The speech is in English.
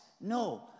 No